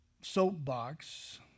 soapbox